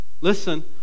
listen